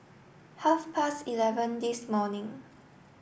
half past eleven this morning